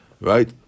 right